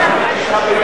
שישה ויום.